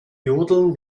jodeln